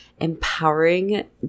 empowering